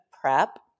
PrEP